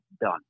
done